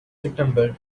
september